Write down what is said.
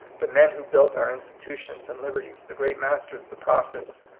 the men who built our institutions and liber ties, the great masters, the prophets,